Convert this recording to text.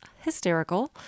hysterical